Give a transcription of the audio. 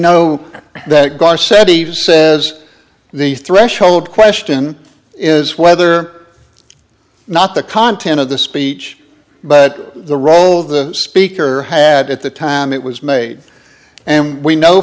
know that gaar said he says the threshold question is whether or not the content of the speech but the role of the speaker had at the time it was made and we know